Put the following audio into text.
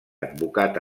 advocat